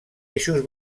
eixos